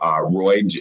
Roy